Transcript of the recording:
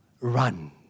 run